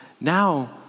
now